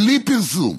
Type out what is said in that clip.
בלי פרסום,